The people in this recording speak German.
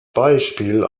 beispiel